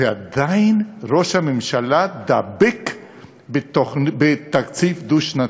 ועדיין ראש הממשלה דבק בתקציב דו-שנתי.